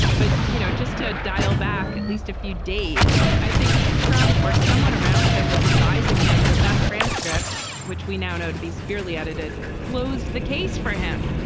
but you know just to dial back at least a few days i think trump or someone around him was advising him that that transcript which we now know to be fairly edited closed the case for him.